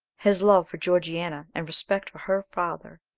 his love for georgiana, and respect for her father,